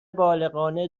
بالغانه